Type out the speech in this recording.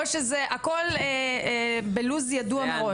או שהכל בלוח זמנים ידוע מראש?